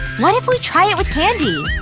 what if we try it with candy?